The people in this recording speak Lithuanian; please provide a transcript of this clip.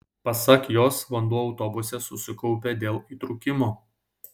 pasak jos vanduo autobuse susikaupė dėl įtrūkimo